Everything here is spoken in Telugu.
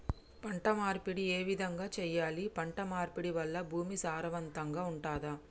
పంట మార్పిడి ఏ విధంగా చెయ్యాలి? పంట మార్పిడి వల్ల భూమి సారవంతంగా ఉంటదా?